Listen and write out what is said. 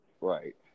Right